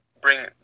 bring